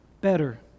better